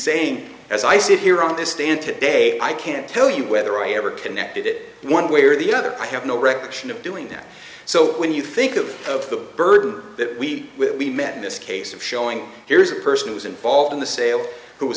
saying as i sit here on the stand today i can't tell you whether i ever connected it one way or the other i have no recollection of doing that so when you think of the burden that we will be met in this case of showing here's a person who was involved in the sale who was